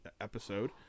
episode